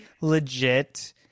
legit